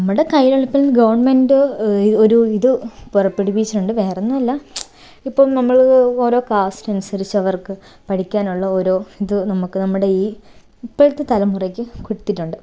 നമ്മുടെ കയ്യിലുള്ളപ്പോൾ ഗവൺമെന്റ് ഒരു ഇത് പുറപ്പെടുവിച്ചിട്ടുണ്ട് വേറൊന്നുമല്ല ഇപ്പം നമ്മൾ ഓരോ കാസ്റ്റ് അനുസരിച്ച് അവർക്ക് പഠിക്കാനുള്ള ഓരോ ഇത് നമുക്ക് നമ്മുടെ ഈ ഇപ്പോഴത്തെ തലമുറയ്ക്ക് കൊടുത്തിട്ടുണ്ട്